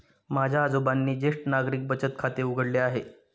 माझ्या आजोबांनी ज्येष्ठ नागरिक बचत खाते उघडले आहे